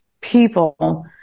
people